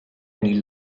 only